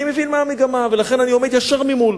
אני מבין מה המגמה, לכן אני עומד ישר ממול.